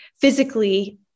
physically